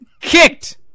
kicked